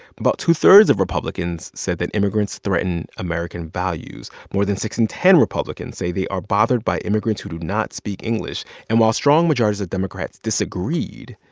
about two-thirds of republicans said that immigrants threaten american values. more than six in ten republicans say they are bothered by immigrants who do not speak english. and while strong majorities of democrats disagreed,